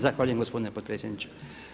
Zahvaljujem gospodine potpredsjedniče.